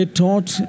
taught